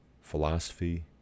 philosophy